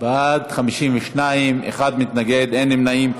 בעד, 52, אחד מתנגד, אין נמנעים.